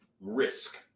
risk